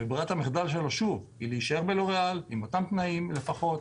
ברירת המחדל היא להישאר בלוריאל עם אותם תנאים לפחות.